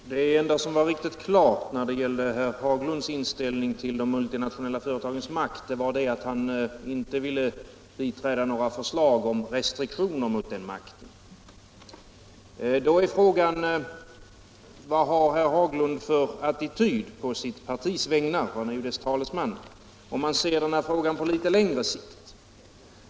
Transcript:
Herr talman! Det enda som var riktigt klart när det gällde herr Haglunds inställning till de multinationella företagens makt var att han inte ville biträda några förslag om restriktioner mot den makten. Då är frågan: Vad har herr Haglund för attityd på sitt partis vägnar — han är ju dess talesman — om han ser den här frågan på litet längre sikt?